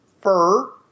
fur